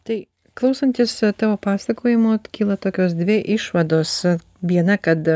tai klausantis tavo pasakojimo kyla tokios dvi išvados viena kad